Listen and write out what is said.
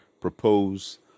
propose